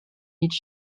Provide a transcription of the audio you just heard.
each